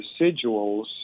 residuals